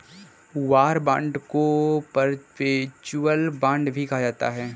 war bond को perpetual bond भी कहा जाता है